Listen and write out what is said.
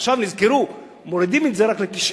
עכשיו נזכרו, מורידים את זה רק ל-90%.